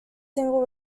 single